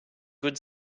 good